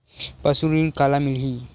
पशु ऋण काला मिलही?